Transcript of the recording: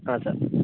ಹಾಂ ಸರ್